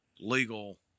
Legal